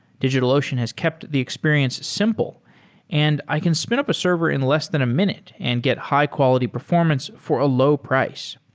digitalocean has kept the experience simple and i can spin up a server in less than a minute and get high quality performance for a low price.